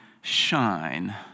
shine